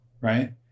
Right